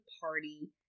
party